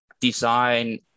design